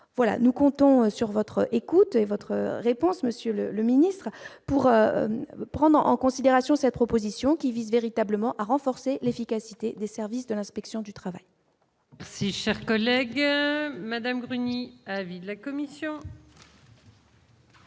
voilà, nous comptons sur votre écoutez votre réponse Monsieur le ministre pour prendre en considération cette proposition qui vise véritablement à renforcer l'efficacité des services de l'inspection du travail. Merci, cher collègue, Madame Bruni-avis de la commission.